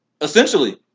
Essentially